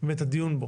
ואת הדיון בו.